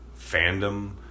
Fandom